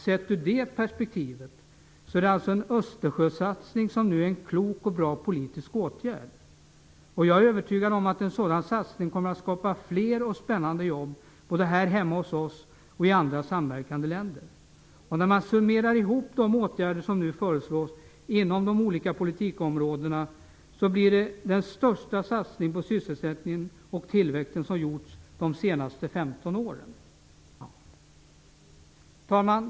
Sett ur det perspektivet är alltså en Östersjösatsning nu en klok och bra åtgärd. Jag är övertygad om att en sådan satsning kommer att skapa fler och spännande jobb både här hemma hos oss och i andra samverkande länder. När man summerar de åtgärder som nu föreslås inom de olika politikområdena blir det den största satsning på sysselsättningen och tillväxten som gjorts de senaste 15 åren. Herr talman!